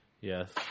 Yes